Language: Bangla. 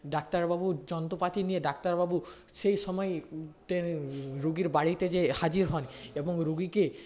ডাক্তারবাবুর যন্ত্রপাতি নিয়ে ডাক্তারবাবু সেই সময়ে রুগীর বাড়িতে গিয়ে হাজির হন এবং রুগীকে